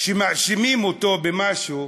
שמאשימים אותו במשהו,